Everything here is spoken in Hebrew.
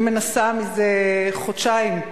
אני מנסה מזה חודשיים,